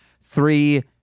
Three